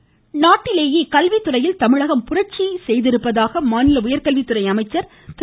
அன்பழகன் நாட்டிலேயே கல்வித்துறையில் தமிழகம் புரட்சி செய்துள்ளதாக மாநில உயர்கல்வித்துறை அமைச்சர் திரு